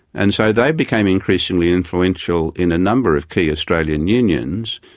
and so they became increasingly influential in a number of key australian unions.